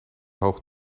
hoog